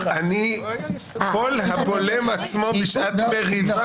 כל הבולם עצמו בשעת מריבה.